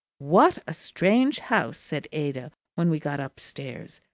what a strange house! said ada when we got upstairs.